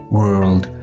world